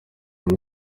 muri